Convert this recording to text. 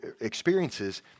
experiences